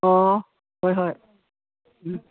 ꯑꯣ ꯍꯣꯏ ꯍꯣꯏ ꯎꯝ